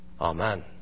Amen